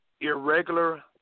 irregular